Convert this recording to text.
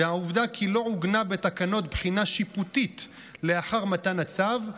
והעובדה כי לא עוגנה בתקנות בחינה שיפוטית לאחר מתן הצו,